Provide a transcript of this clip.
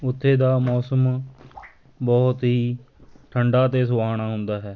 ਉੱਥੇ ਦਾ ਮੌਸਮ ਬਹੁਤ ਹੀ ਠੰਡਾ ਅਤੇ ਸੁਹਾਵਣਾ ਹੁੰਦਾ ਹੈ